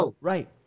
right